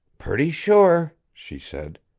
pretty sure, she said,